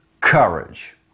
courage